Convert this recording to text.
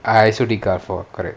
I also did gulf war correct